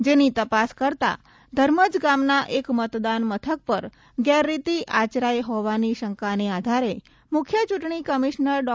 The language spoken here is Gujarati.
જેની તપાસ કરતા ધર્મજ ગામના એક મતદાન મથક પર ગેરરીતિ આચરાઈ હોવાની શંકાના આધારે મુખ્ય ચૂંટણી કમિશનર ડો